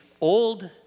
old